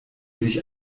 sich